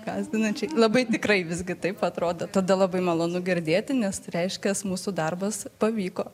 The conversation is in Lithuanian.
gąsdinančiai labai tikrai visgi taip atrodo tada labai malonu girdėti nes reiškias mūsų darbas pavyko